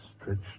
Stretched